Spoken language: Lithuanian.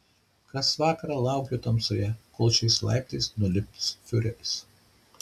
kas vakarą laukiu tamsoje kol šiais laiptais nulips fiureris